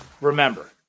Remember